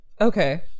Okay